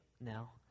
now